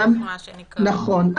נכון,